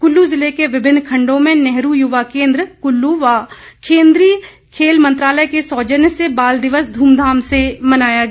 कुल्लू जिले के विभिन्न खण्डों में नेहरू युवा केन्द्र कुल्लू व केन्द्रीय खेल मंत्रालय के सौजन्य से बाल दिवस धूमधाम से मनाया गया